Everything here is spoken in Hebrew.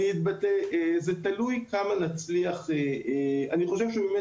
זה תלוי כמה נצליח --- אני חושב שבאמת